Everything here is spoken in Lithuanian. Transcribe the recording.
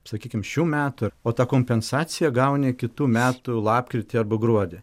sakykim šių metų o tą kompensaciją gauni kitų metų lapkritį arba gruodį